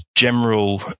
General